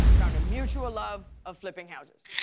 found a mutual love of flipping houses.